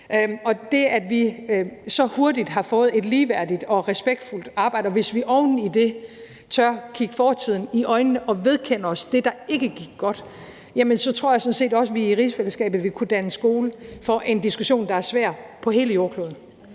fordi vi så hurtigt har fået et ligeværdigt og respektfuldt samarbejde – og hvis vi oven i det tør kigge fortiden i øjnene og vedkende os det, der ikke gik godt – vil kunne danne skole for en diskussion, der er svær over hele jordkloden.